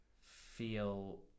feel